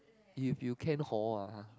if you can hor ah